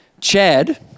Chad